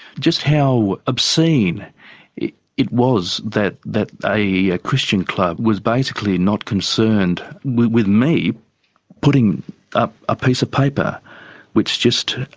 just how obscene it was that that a a christian club was basically not concerned with me putting up a piece of paper which just,